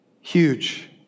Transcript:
Huge